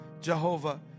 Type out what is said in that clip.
Jehovah